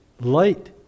light